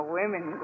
women